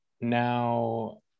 now